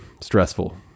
stressful